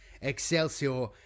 Excelsior